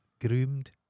Groomed